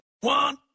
One